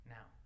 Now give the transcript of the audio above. Now